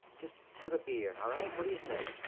just have a beer, all right? what do you say?